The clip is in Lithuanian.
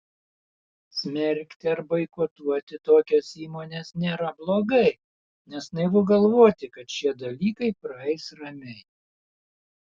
smerkti ar boikotuoti tokias įmones nėra blogai nes naivu galvoti kad šie dalykai praeis ramiai